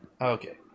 Okay